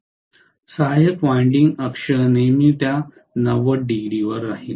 सहायक वायंडिंग अक्ष नेहमी त्या 90 डिग्रीवर राहील